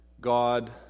God